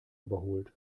überholt